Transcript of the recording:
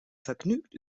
vergnügt